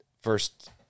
First